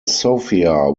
sofia